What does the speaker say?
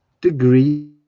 degree